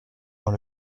dans